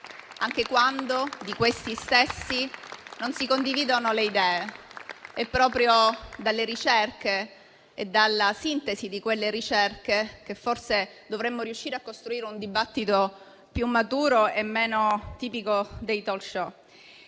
anche quando di questi non si condividono le idee. È proprio dalle ricerche e dalla loro sintesi che forse dovremmo riuscire a costruire un dibattito più maturo e meno tipico dei *talk show*.